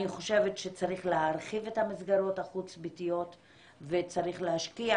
אני חושבת שצריך להרחיב את המסגרות החוץ ביתיות וצריך להשקיע